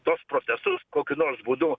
tuos protestus kokiu nors būdu